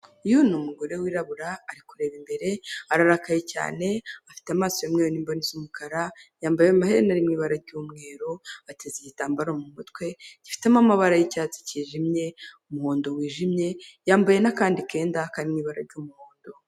Uyu ni umugore wirabura ari kureba imbere, ararakaye cyane afite amaso y'umweru n'imbone z'umukara, yambaye amaherena ari mu bara ry'umweru, ateze igitambaro mu mutwe, gifitemo amabara y'icyatsi cyijimye, umuhondo wijimye yambaye n'akandi kenda kari mu ibara ry'umuhondo.